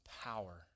power